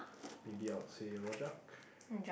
maybe I would say rojak